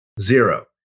zero